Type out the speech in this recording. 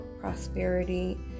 prosperity